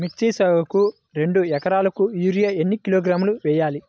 మిర్చి సాగుకు రెండు ఏకరాలకు యూరియా ఏన్ని కిలోగ్రాములు వేయాలి?